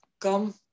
come